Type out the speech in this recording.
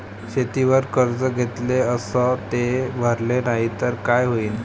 शेतीवर कर्ज घेतले अस ते भरले नाही तर काय होईन?